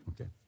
Okay